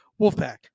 Wolfpack